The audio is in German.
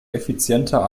effizienter